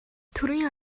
төрийн